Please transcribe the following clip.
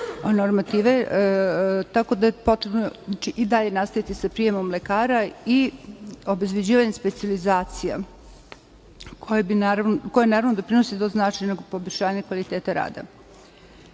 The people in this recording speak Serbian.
normative, tako da je potrebno i dalje nastaviti sa prijemom lekara i obezbeđivanjem specijalizacija koje doprinose značajano poboljšanju kvaliteta